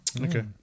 Okay